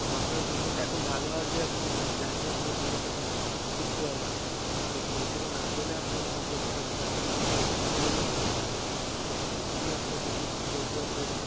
তো আপনার পেশেন্ট এখন ভালো আছে আপনি আমি জানি আপনার পেশেন্ট এখন সুস্থ আছে তো পরিষেবা না পেলে আপনার প পেশেন্ট এত তাড়াতাড়ি সুস্থ কী করে হলো অবশ্যই আপনার পেশেন্ট পরিষেবা পেয়েছে